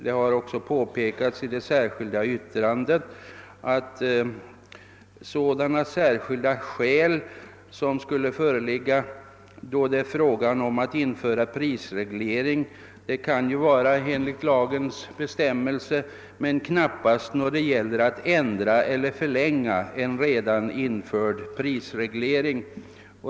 Det har också påpekats i det särskilda yttrandet att sådana särskilda skäl som skulle föreligga, då det är fråga om att införa prisreglering, knappast kan tänkas då det gäller att ändra eller förlänga en redan införd prisreglering.